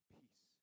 peace